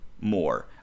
more